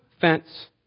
fence